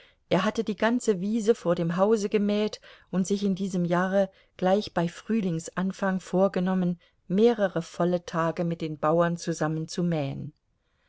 er hatte die ganze wiese vor dem hause gemäht und sich in diesem jahre gleich bei frühlingsanfang vorgenommen mehrere volle tage mit den bauern zusammen zu mähen